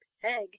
peg